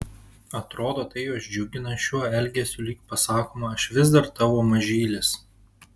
atrodo tai juos džiugina šiuo elgesiu lyg pasakoma aš vis dar tavo mažylis